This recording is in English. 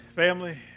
Family